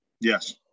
Yes